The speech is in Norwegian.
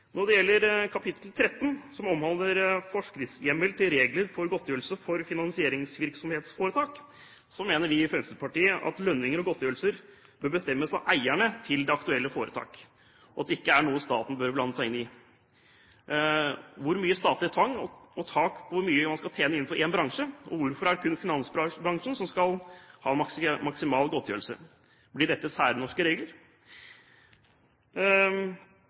Når det gjelder proposisjonens kapittel 13, som omhandler forskriftshjemmel til regler for godtgjørelse for finansieringsvirksomhetsforetak, mener vi i Fremskrittspartiet at lønninger og godtgjørelser bør bestemmes av eierne til det aktuelle foretak, og at det ikke er noe staten bør blande seg inn i. Hvor mye skal det være av statlig tvang og tak på hvor mye man kan tjene innenfor én bransje? Hvorfor er det kun finansbransjen som skal ha en maksimal godtgjørelse? Blir dette særnorske regler?